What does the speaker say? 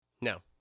no